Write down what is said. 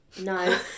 No